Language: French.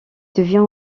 devient